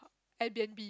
Airbnb